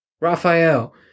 Raphael